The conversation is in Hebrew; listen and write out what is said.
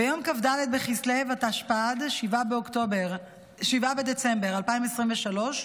ביום כ"ד בכסלו התשפ"ד, 7 בדצמבר 2023,